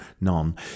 None